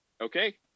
okay